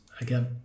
Again